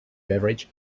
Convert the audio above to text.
beverage